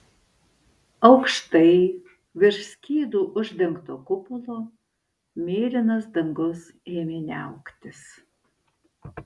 aukštai virš skydu uždengto kupolo mėlynas dangus ėmė niauktis